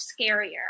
scarier